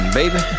baby